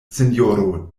sinjoro